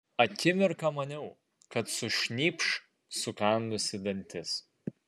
akimirką maniau kad sušnypš sukandusi dantis